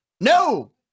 no